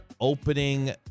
opening